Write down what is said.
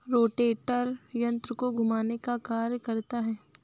rotator यन्त्र को घुमाने का कार्य करता है